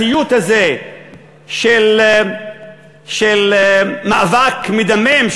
הסיוט הזה של מאבק מדמם,